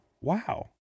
Wow